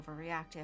overreactive